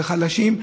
בחלשים,